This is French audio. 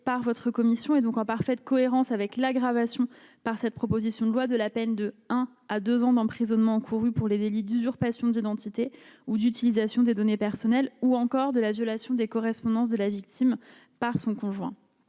par votre commission est donc en parfaite cohérence avec l'aggravation par cette proposition de loi de la peine de un à 2 ans d'emprisonnement encouru pour les délits d'usurpation d'identité ou d'utilisation des données personnelles ou encore de la violation des correspondances de la victime par son conjoint,